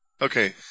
Okay